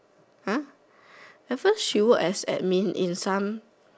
!huh! at first she work as admin at some